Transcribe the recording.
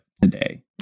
Today